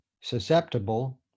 susceptible